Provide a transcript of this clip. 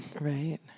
right